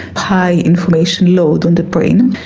high information load on the brain,